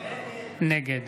נגד